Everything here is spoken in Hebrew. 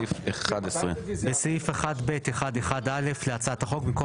סעיף 11. בסעיף 1(ב1)(1)(א) להצעת החוק במקום